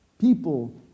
People